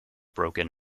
broken